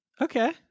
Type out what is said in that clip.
okay